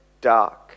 dark